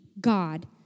God